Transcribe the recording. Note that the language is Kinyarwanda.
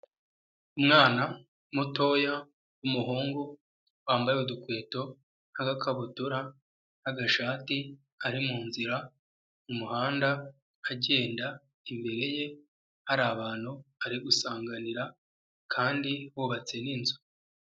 Umwana mutoya w'umuhungu, wambaye udukweto n'agakabutura n'agashati, ari mu nzira mu muhanda agenda, imbere ye hari abantu ari gusanganira kandi bubatse n'inzu.